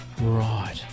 Right